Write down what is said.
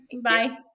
Bye